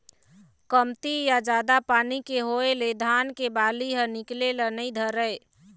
कमती या जादा पानी के होए ले धान के बाली ह निकले ल नइ धरय